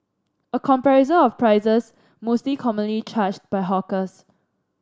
a comparison of prices mostly commonly charged by hawkers